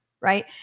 right